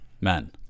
men